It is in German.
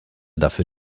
dafür